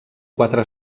quatre